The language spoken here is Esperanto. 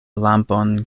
lampon